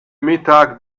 mittag